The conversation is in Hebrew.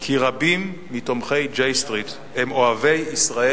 כי רבים מתומכי J Street הם אוהבי ישראל